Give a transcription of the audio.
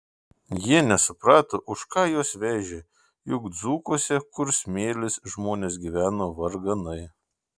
jie nesuprato už ką juos vežė juk dzūkuose kur smėlis žmonės gyveno varganai